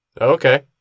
Okay